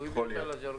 שהוא הביא אותה לז'רגון.